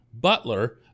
Butler